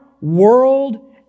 world